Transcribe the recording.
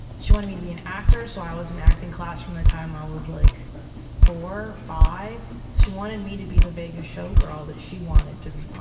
she wanted me to be an actor so i was in acting class from the time i um was like four, five. she wanted me to be the vegas showgirl that she wanted to become.